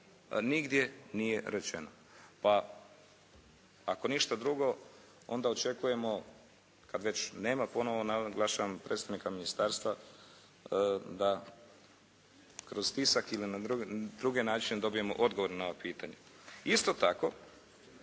nigdje nije rečeno? Pa, ako ništa drugo onda očekujemo kad već nema ponovno naglašavam predstavnika ministarstva da kroz tisak ili na druge načine dobijemo odgovor na pitanje. Isto tako,